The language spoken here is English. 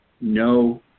no